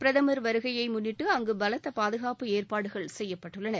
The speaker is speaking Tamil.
பிரதமா் வருகையை முன்னிட்டு அங்கு பலத்த பாதுகாப்பு ஏற்பாடுகள் செய்யப்பட்டுள்ளன